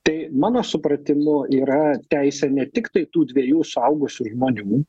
tai mano supratimu yra teisė ne tiktai tų dviejų suaugusių žmonių